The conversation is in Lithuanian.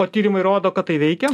o tyrimai rodo kad tai veikia